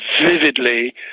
vividly